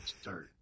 Start